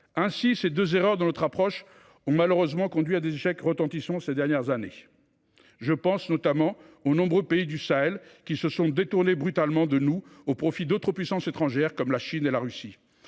actes. Ces deux erreurs dans notre approche ont malheureusement conduit à des échecs retentissants ces dernières années. Je pense notamment aux nombreux pays du Sahel qui se sont détournés brutalement de nous au profit d’autres puissances étrangères, comme la Chine et la Russie.